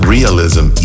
Realism